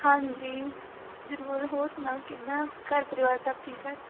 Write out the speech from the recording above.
ਹਾਂਜੀ ਜ਼ਰੂਰ ਹੋਰ ਸੁਣਾ ਕਿੱਦਾਂ ਘਰ ਪਰਿਵਾਰ ਸਭ ਠੀਕ ਹੈ